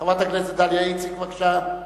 חברת הכנסת דליה איציק, בבקשה.